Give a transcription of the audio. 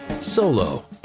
Solo